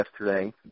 yesterday